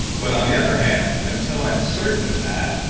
but on the other hand, until i'm certain of that,